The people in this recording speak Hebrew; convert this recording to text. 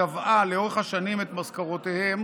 והיא קבעה לאורך השנים את משכורותיהם